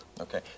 Okay